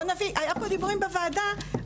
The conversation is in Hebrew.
היו פה דיבורים בוועדה,